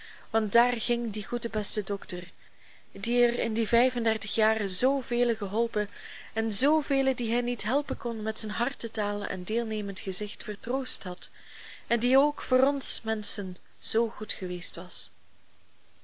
want daar ging die goede beste dokter die er in die vijfendertig jaren zoo velen geholpen en zoo velen die hij niet helpen kon met zijn hartetaal en deelnemend gezicht vertroost had en die ook voor ons menschen zoo goed was